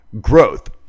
growth